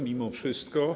Mimo wszystko.